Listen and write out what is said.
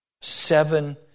seven